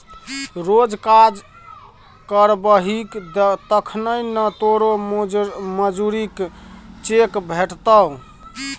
रौ काज करबही तखने न तोरो मजुरीक चेक भेटतौ